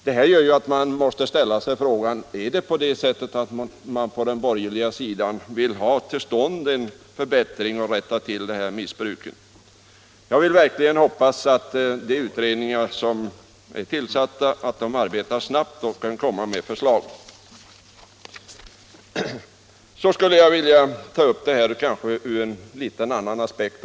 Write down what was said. Detta gör att jag måste ställa frågan: Vill de borgerliga verkligen få till stånd en förbättring och komma till rätta med missbruket? Jag hoppas sannerligen att de utredningar som är tillsatta arbetar snabbt och att de kan komma med förslag. Så skulle jag vilja ta upp frågan ur en litet annan aspekt.